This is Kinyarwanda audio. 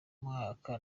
mwaka